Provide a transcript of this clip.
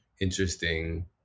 interesting